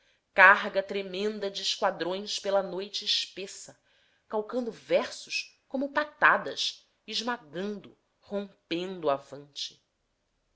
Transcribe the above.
carga tremenda de esquadrões pela noite espessa calcando versos como patadas esmagando rompendo avante